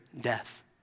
death